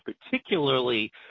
particularly